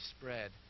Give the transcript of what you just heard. spread